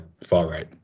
far-right